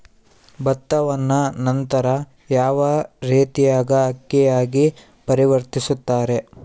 ಭತ್ತವನ್ನ ನಂತರ ಯಾವ ರೇತಿಯಾಗಿ ಅಕ್ಕಿಯಾಗಿ ಪರಿವರ್ತಿಸುತ್ತಾರೆ?